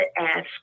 ask